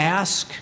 ask